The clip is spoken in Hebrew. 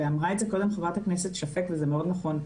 אמרה את זה קודם חברת הכנסת שפק וזה מאוד נכון.